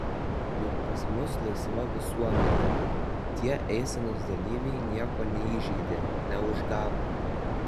juk pas mus laisva visuomenė tie eisenos dalyviai nieko neįžeidė neužgavo